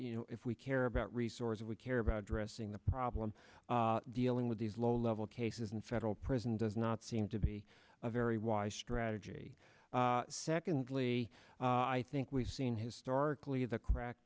you know if we care about resources we care about addressing the problem dealing with these low level cases and federal prison does not seem to be a very wise strategy secondly i think we've seen historically the crack